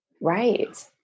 Right